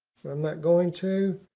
but i'm not going to.